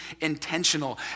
intentional